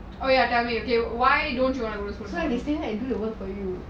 oh ya tell me okay why don't you want to go to school tomorrow